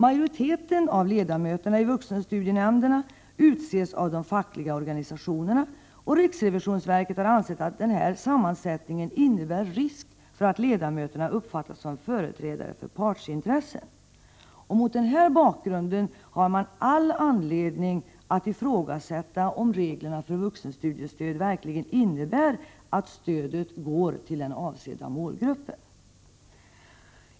Majoriteten av ledamöterna i vuxenstudienämnderna utses av de fackliga organisationerna, och riksrevisionsverket har ansett att denna sammansättning innebär en risk för att ledamöterna uppfattas som företrädare för partsintressen. Mot denna bakgrund finns det all anledning att ifrågasätta om reglerna för vuxenstudiestöd verkligen innebär att stödet går till den avsedda målgruppen.